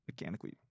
mechanically